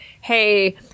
hey